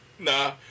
Nah